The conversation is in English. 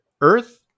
Earth